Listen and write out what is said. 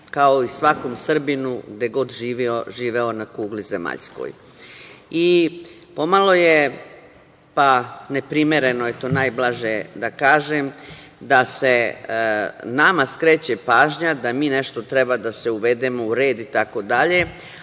kao i svakom Srbinu gde god živeo na kugli zemaljskoj. Pomalo je neprimereno, najblaže da kažem, da se nama skreće pažnja da mi nešto treba da se uvedemo u red itd,